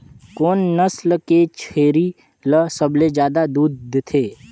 कोन नस्ल के छेरी ल सबले ज्यादा दूध देथे?